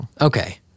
Okay